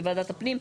בוועדת הפנים,